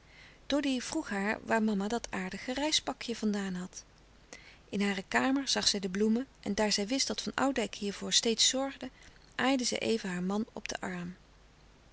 doddy vroeg waar mama dat aardige reispakje van daan had in hare kamer zag zij de bloemen en daar zij wist dat van oudijck hiervoor steeds zorgde aaide zij even haar man op den arm